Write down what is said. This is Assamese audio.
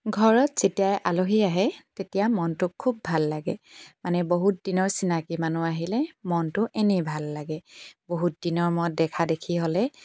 ঘৰত যেতিয়াই আলহী আহে তেতিয়া মনটো খুব ভাল লাগে মানে বহুত দিনৰ চিনাকী মানুহ আহিলে মনটো এনেই ভাল লাগে বহুত দিনৰ মূৰত দেখা দেখি হ'লে